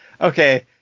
okay